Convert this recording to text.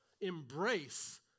embrace